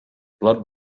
blood